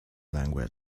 language